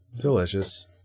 Delicious